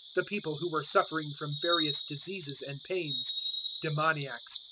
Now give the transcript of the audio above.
the people who were suffering from various diseases and pains demoniacs,